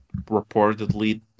reportedly